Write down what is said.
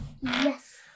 Yes